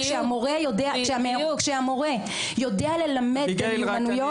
כשהמורה יודע ללמד את המיומנויות.